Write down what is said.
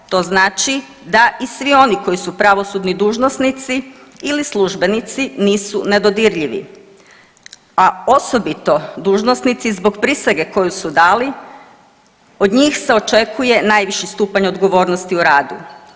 To naći da i svi oni koji su pravosudni dužnosnici ili službenicu, nisu nedodirljivi, a osobito dužnosnici zbog prisege koju su dali, od njih se očekuje najviši stupanj odgovornosti u radu.